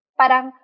parang